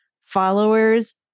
followers